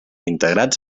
integrats